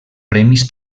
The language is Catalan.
premis